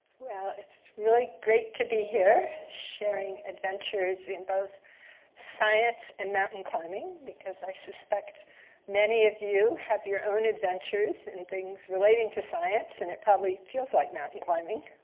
well, it's really great to be here sharing adventures in both science and mountain climbing. because i suspect many of you have your own adventures in things relating to science, and it probably feels like mountain climbing.